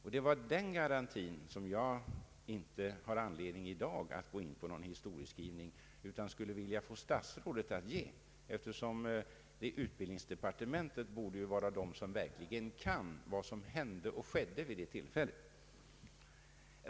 Beträffande den garantin har jag inte i dag någon anledning att gå in på någon historieskrivning, utan den skulle jag vilja få statsrådet att ge, eftersom de som arbetar i utbildningsdepartementet borde vara de som vet vad som verkligen hände vid tillfället i fråga.